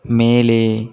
மேலே